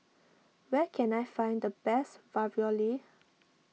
where can I find the best Ravioli